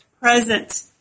Present